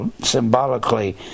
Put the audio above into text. symbolically